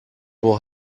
will